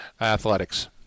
Athletics